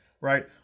right